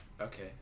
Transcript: Okay